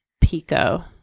pico